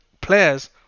players